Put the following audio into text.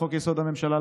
לחוק-יסוד: הממשלה,